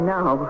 Now